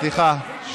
סליחה.